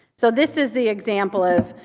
so this is the example of,